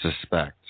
suspect